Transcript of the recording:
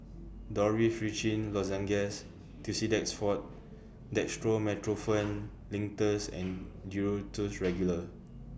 Dorithricin Lozenges Tussidex Forte Dextromethorphan Linctus and Duro Tuss Regular